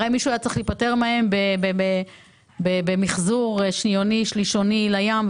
הרי מישהו היה צריך להיפטר מהם במחזור שניוני ושלישוני לים,